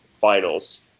Finals